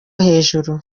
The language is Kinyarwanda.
hejuru